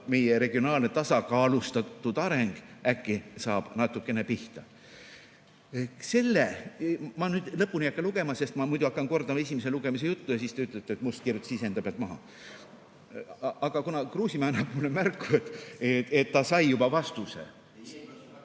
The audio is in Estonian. meie regionaalne tasakaalustatud areng saab äkki natukene pihta. Ma nüüd lõpuni ei hakka lugema, sest ma muidu kordan esimese lugemise juttu ja siis te ütlete, et Must kirjutas iseenda pealt maha. Aga kuna Kruusimäe annab mulle märku, et ta sai juba vastuse